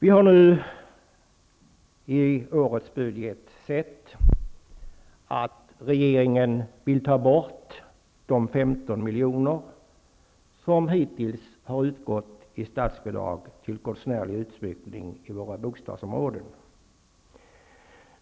15 milj.kr. som hittills har utgått i statsbidrag till konstnärlig utsmyckning i våra bostadsområden.